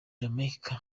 jamaica